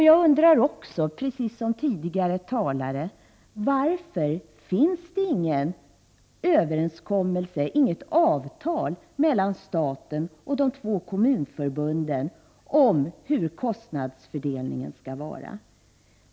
Jag undrar också, precis som tidigare talare: Varför finns det ingen överenskommelse mellan staten och de två kommunförbunden om hur kostnadsfördelningen skall ske?